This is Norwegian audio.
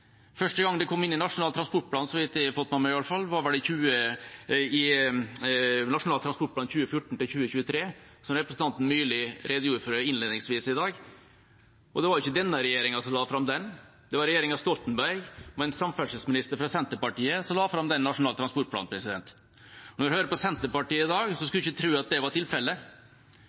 Første gang det kom inn i Nasjonal transportplan – så vidt jeg har fått med meg, i hvert fall – var vel i Nasjonal transportplan 2014–2023, som representanten Myrli redegjorde for innledningsvis i dag. Og det var ikke denne regjeringa som la fram den. Det var regjeringa Stoltenberg med en samferdselsminister fra Senterpartiet som la fram den nasjonale transportplanen. Når jeg hører på Senterpartiet i dag, skulle man ikke tro det var tilfellet.